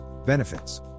Benefits